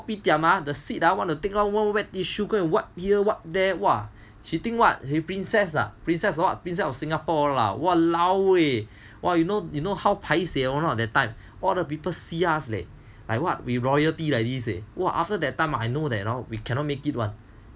ah the seat ah want to take out one wet tissue go and wipe here wipe there !wah! she think what she princess ah princess of Singapore lah !walao! eh !wah! you know you know how paisei or not that time all the people see us leh like what we royalty like this leh !wah! after that time I know that we cannot make it [one]